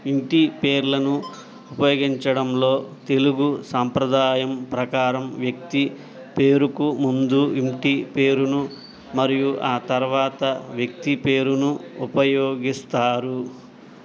ఇంటి పేర్లను ఉపయోగించడంలో తెలుగు సంప్రదాయం ప్రకారం వ్యక్తి పేరుకు ముందు ఇంటి పేరును మరియు ఆ తర్వాత వ్యక్తి పేరును ఉపయోగిస్తారు